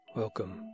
Welcome